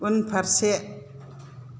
उनफारसे